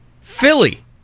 Philly